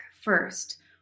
first